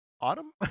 Autumn